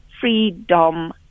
freedom